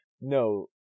No